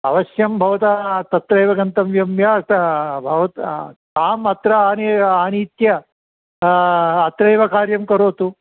अवश्यं भवता तत्रैव गन्तव्यं व्या त भवतः आम् अत्र आनीय आनीय अत्रैव कार्यं करोतु